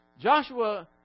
Joshua